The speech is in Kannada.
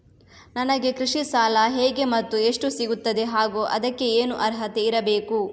ನನಗೆ ಕೃಷಿ ಸಾಲ ಹೇಗೆ ಮತ್ತು ಎಷ್ಟು ಸಿಗುತ್ತದೆ ಹಾಗೂ ಅದಕ್ಕೆ ಏನು ಅರ್ಹತೆ ಇರಬೇಕು?